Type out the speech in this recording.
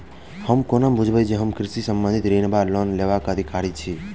हम कोना बुझबै जे हम कृषि संबंधित ऋण वा लोन लेबाक अधिकारी छी?